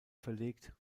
verlegt